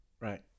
right